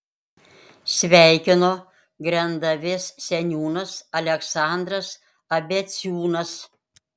sveikino grendavės seniūnas aleksandras abeciūnas